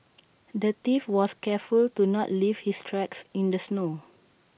the thief was careful to not leave his tracks in the snow